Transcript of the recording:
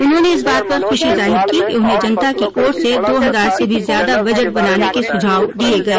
उन्होंने इस बात पर खुशी जाहिर की कि उन्हें जनता की ओर से दो हजार से भी ज्यादा बजट बनाने के सुझाव दिए गए